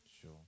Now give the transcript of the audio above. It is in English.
Sure